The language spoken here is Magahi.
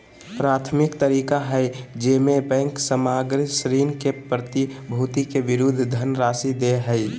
प्राथमिक तरीका हइ जेमे बैंक सामग्र ऋण के प्रतिभूति के विरुद्ध धनराशि दे हइ